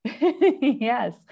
Yes